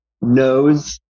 knows